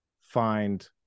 find